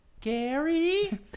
Gary